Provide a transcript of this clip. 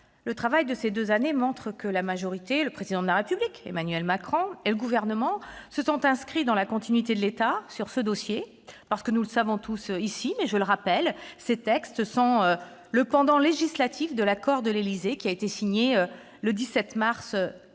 le travail de ces deux années montre que la majorité, le Président de la République, Emmanuel Macron, et le Gouvernement se sont inscrits dans la continuité de l'État sur ce dossier. En effet, je le rappelle, ces textes sont le pendant législatif de l'accord de l'Élysée, signé le 17 mars 2017,